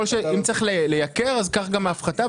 אם צריך לייקר, אז כך גם ההפחתה.